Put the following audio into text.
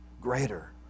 greater